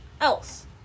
else